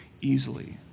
easily